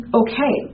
okay